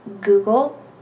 Google